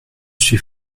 suis